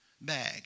Bag